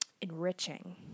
enriching